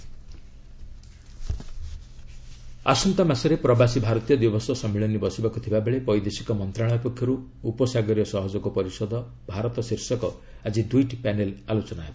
MEA Pravasi Bharatiya Divas ଆସନ୍ତା ମାସରେ ପ୍ରବାସୀ ଭାରତୀୟ ଦିବସ ସମ୍ମିଳନୀ ବସିବାକୃ ଥିବାବେଳେ ବୈଦେଶିକ ମନ୍ତ୍ରଣାଳୟ ପକ୍ଷରୁ 'ଉପସାଗରୀୟ ସହଯୋଗ ପରିଷଦ ଭାରତ' ଶୀର୍ଷକ ଆଜି ଦୁଇଟି ପ୍ୟାନେଲ୍ ଆଲୋଚନା ହେବ